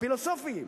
הפילוסופיים,